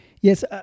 Yes